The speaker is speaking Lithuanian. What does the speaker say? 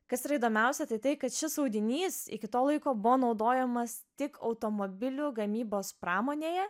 kas yra įdomiausia tai tai kad šis audinys iki to laiko buvo naudojamas tik automobilių gamybos pramonėje